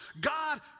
God